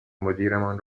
مدیرمان